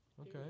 Okay